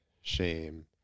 shame